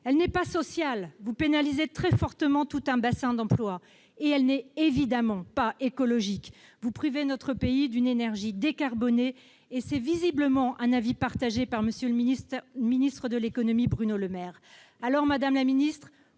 Elle n'est pas sociale : vous pénalisez très fortement tout un bassin d'emploi. Elle n'est évidemment pas écologique : vous privez notre pays d'une énergie décarbonée, et c'est visiblement un avis partagé par M. le ministre de l'économie et des finances, Bruno Le Maire. Madame la ministre,